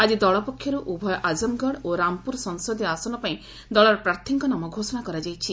ଆକି ଦଳପକ୍ଷରୁ ଉଭୟ ଆକମ୍ଗଡ଼ ଓ ରାମପୁର ସଂସଦୀୟ ଆସନପାଇଁ ଦଳର ପ୍ରାର୍ଥୀଙ୍କ ନାମ ଘୋଷଣା କରାଯାଇଛି